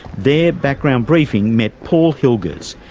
there, background briefing met paul hilgers,